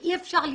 לא יכול להיות